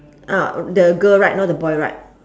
ah the girl right not the boy right